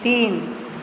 तीन